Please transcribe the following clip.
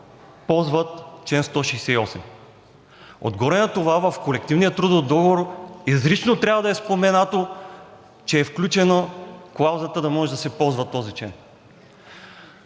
ползват чл. 168. Отгоре на това в колективния трудов договор изрично трябва да е споменато, че е включена клаузата да може да се ползва този